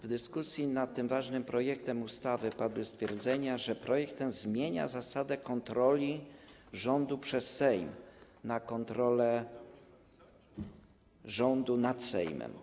W dyskusji nad tym ważnym projektem ustawy padły stwierdzenia, że projekt ten zmienia zasadę kontroli rządu przez Sejm na kontrolę rządu nad Sejmem.